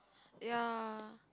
ya